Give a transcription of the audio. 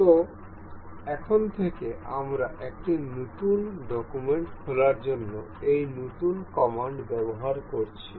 সুতরাং এখন থেকে আমরা একটি নতুন ডকুমেন্ট খোলার জন্য এই নতুন কমান্ড ব্যবহার করছি